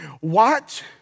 Watch